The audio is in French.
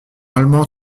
allemand